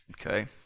Okay